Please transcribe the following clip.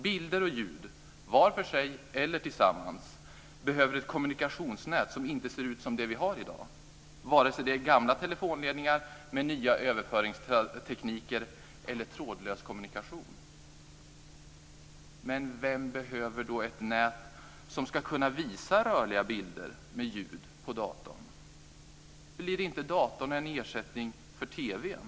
Bilder och ljud, var för sig eller tillsammans, behöver ett kommunikationsnät som inte ser ut som det vi har i dag, vare sig det är gamla telefonledningar med nya överföringstekniker eller trådlös kommunikation. Men vem behöver då ett nät som ska kunna visa rörliga bilder med ljud på datorn? Blir inte datorn en ersättning för TV:n?